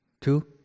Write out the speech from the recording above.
Two